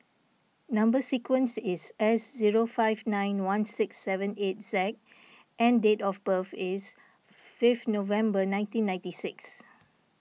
Number Sequence is S zero five nine one six seven eight Z and date of birth is fifth November nineteen ninety six